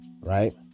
right